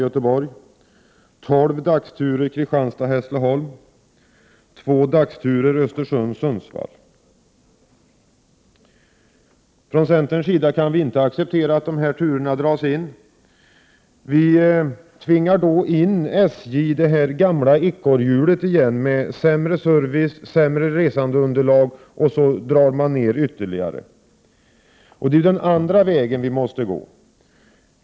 Vi tvingar genom sådana indragningar in SJ i det gamla ekorrhjulet igen med sämre service, sämre resandeunderlag — och så ytterligare neddragningar. Det är ju den andra vägen vi måste gå.